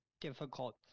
difficult